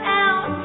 out